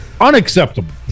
unacceptable